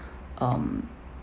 um